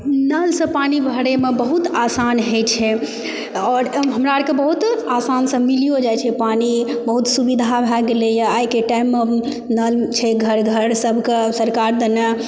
नलसँ पानि भरयमे बहुत आसान होइ छै आओर हमरा आरके बहुत आसानसँ मिलियो जाइ छै पानि बहुत सुविधा भए गेलय हइ आइके टाइममे नल छै घर घर सबके सरकार देने